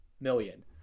million